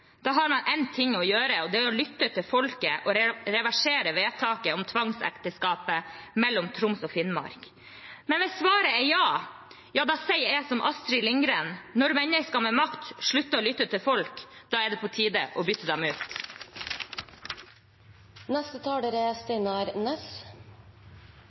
da har man én ting å gjøre, og det er å lytte til folket og reversere vedtaket om tvangsekteskapet mellom Troms og Finnmark. Men hvis svaret er ja, da sier jeg som Astrid Lindgren: Når mennesker med makt slutter å lytte til folk, da er det på tid å bytte dem